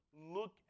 look